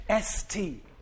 ST